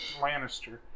Lannister